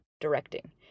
directing